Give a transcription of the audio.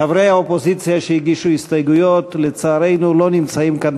חברי האופוזיציה שהגישו הסתייגויות לצערנו לא נמצאים כאן,